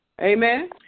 Amen